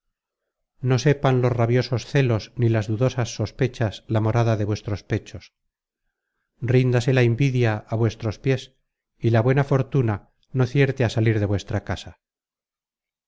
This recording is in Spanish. no sepan los rabiosos celos ni las dudosas sospechas la morada de vuestros pechos rindase la invidia á vuestros piés y la buena fortuna no acierte á salir de vuestra casa